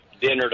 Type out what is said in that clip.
dinner